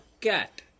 cat